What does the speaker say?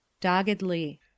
Doggedly